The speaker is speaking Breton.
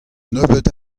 nebeut